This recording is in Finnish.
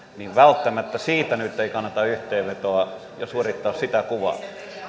niin välttämättä siitä nyt ei kannata tehdä yhteenvetoa ja suorittaa sitä kuvaa